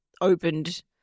opened